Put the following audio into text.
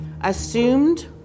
assumed